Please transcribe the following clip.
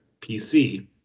PC